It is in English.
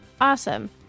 Awesome